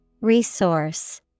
Resource